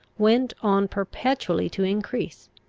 went on perpetually to increase.